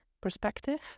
perspective